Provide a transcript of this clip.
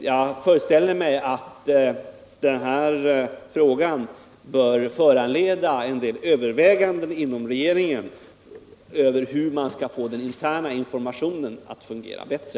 Jag föreställer mig att den här händelsen bör föranleda en del överväganden inom regeringen om hur man skall få den interna informationen att fungera bättre.